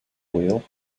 wheel